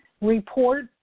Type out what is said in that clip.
report